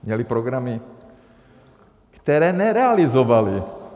Měly programy, které nerealizovaly.